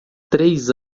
três